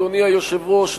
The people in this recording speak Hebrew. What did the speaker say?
אדוני היושב-ראש,